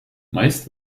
meist